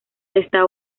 esta